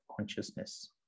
consciousness